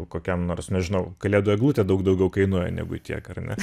kokiam nors nežinau kalėdų eglutė daug daugiau kainuoja negu tiek ar ne